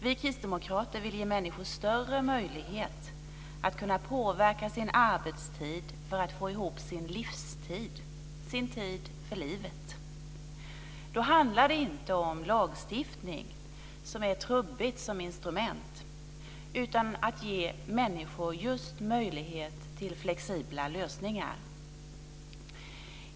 Vi kristdemokrater vill ge människor större möjlighet att påverka sin arbetstid för att få ihop sin livstid, sin tid för livet. Då handlar det inte om lagstiftning som är trubbigt som instrument utan om att ge människor just möjlighet till flexibla lösningar.